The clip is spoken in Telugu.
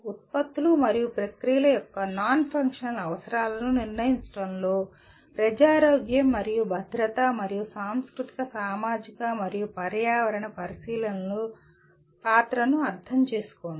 ఉత్పత్తులు మరియు ప్రక్రియల యొక్క నాన్ ఫంక్షనల్ అవసరాలను నిర్ణయించడంలో ప్రజారోగ్యం మరియు భద్రత మరియు సాంస్కృతిక సామాజిక మరియు పర్యావరణ పరిశీలనల పాత్రను అర్థం చేసుకోండి